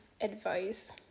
advice